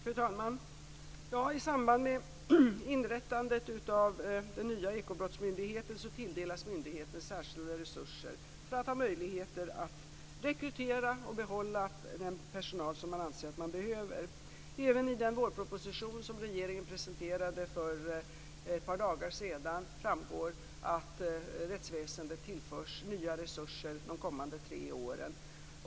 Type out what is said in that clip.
Fru talman! I samband med inrättandet av den nya ekobrottsmyndigheten tilldelas myndigheten särskilda resurser för att ha möjligheter att rekrytera och behålla den personal som man anser att man behöver. Även i den vårproposition som regeringen presenterade för ett par dagar sedan framgår det att rättsväsendet tillförs nya resurser under de kommande tre åren.